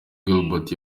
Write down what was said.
gilbert